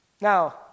Now